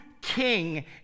king